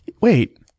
wait